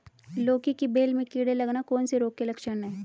लौकी की बेल में कीड़े लगना कौन से रोग के लक्षण हैं?